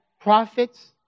prophets